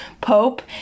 pope